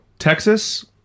Texas